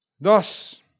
Thus